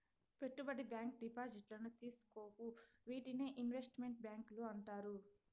పెట్టుబడి బ్యాంకు డిపాజిట్లను తీసుకోవు వీటినే ఇన్వెస్ట్ మెంట్ బ్యాంకులు అంటారు